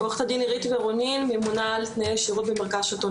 עירית ורונין, בבקשה.